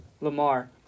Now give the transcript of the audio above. Lamar